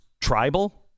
tribal